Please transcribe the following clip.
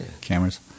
cameras